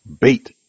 bait